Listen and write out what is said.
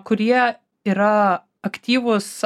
kurie yra aktyvūs